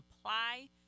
apply